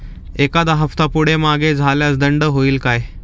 एखादा हफ्ता पुढे मागे झाल्यास दंड होईल काय?